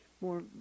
more